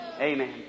amen